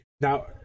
now